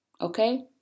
Okay